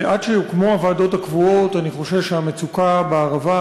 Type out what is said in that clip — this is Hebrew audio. ועד שיוקמו הוועדות הקבועות אני חושש שהמצוקה בערבה,